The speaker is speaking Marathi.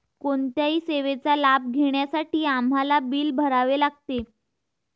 कोणत्याही सेवेचा लाभ घेण्यासाठी आम्हाला बिल भरावे लागते